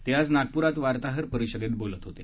ते आज नागपूरात वार्ताहर परिषदेत बोलत होते